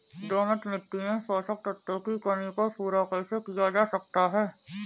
दोमट मिट्टी में पोषक तत्वों की कमी को पूरा कैसे किया जा सकता है?